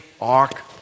ark